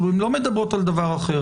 הן לא מדברות על דבר אחר,